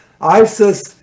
ISIS